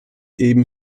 eben